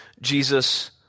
Jesus